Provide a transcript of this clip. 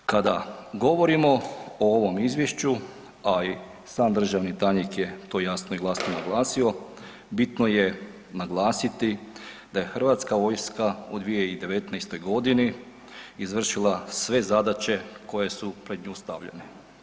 Kada govorimo o ovom Izvješću, a i sam državni tajnik je to jasno i glasno naglasio, bitno je naglasiti da je Hrvatska vojska u 2019.-oj godini izvršila sve zadaće koje su pred nju stavljene.